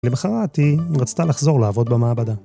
למחרת היא רצתה לחזור לעבוד במעבדה.